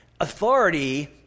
Authority